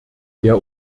der